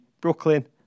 Brooklyn